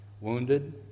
wounded